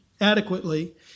adequately